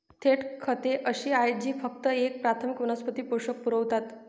थेट खते अशी आहेत जी फक्त एक प्राथमिक वनस्पती पोषक पुरवतात